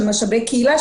של משאבי קהילה,